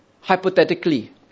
hypothetically